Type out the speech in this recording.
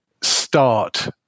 start